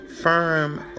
Firm